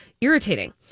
irritating